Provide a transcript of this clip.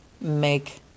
make